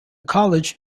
college